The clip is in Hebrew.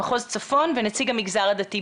מחוז צפון ונציג המגזר הדתי.